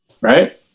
Right